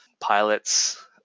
pilots